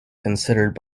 considered